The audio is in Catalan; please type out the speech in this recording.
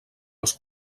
els